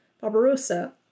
Barbarossa